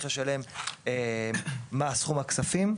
להעביר את התשלום ומהו סכום הכספים.